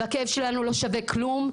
והכאב שלנו לא שווה כלום,